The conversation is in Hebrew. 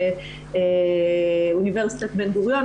ואוניברסיטת בן-גוריון,